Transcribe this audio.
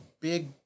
big